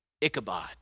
Ichabod